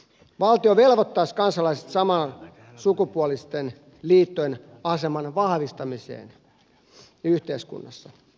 valtio velvoittaisi kansalaiset samansukupuolisten liittojen aseman vahvistamiseen yhteiskunnassa